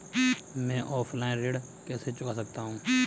मैं ऑफलाइन ऋण कैसे चुका सकता हूँ?